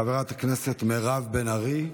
חברת הכנסת מירב בן ארי,